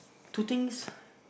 two things